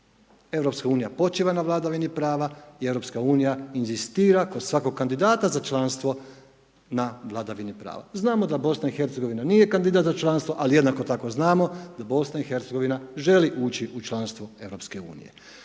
Europska unija počiva na vladavini prava i Europska unija inzistira kod svakog kandidata za članstvo na vladavini prava. Znamo da BiH nije kandidat za članstvo ali jednako tako znamo da BiH želi ući u članstvo Europske unije.